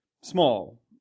small